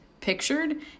pictured